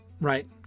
right